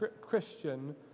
Christian